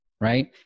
right